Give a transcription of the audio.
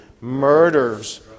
murders